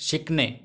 शिकणे